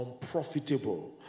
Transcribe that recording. unprofitable